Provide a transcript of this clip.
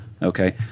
Okay